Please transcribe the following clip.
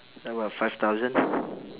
like what five thousand